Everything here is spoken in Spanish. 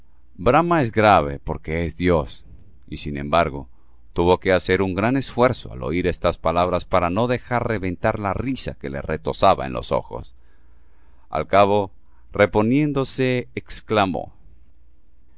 brahma es grave porque es dios y sin embargo tuvo que hacer un gran esfuerzo al oir estas palabras para no dejar reventar la risa que le retozaba en los ojos al cabo reponiéndose exclamó